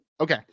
Okay